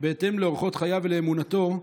בהתאם לאורחות חייו ולאמונתו,